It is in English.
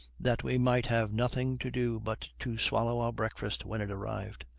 that we might have nothing to do but to swallow our breakfast when it arrived.